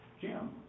Jim